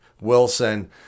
Wilson